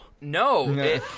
No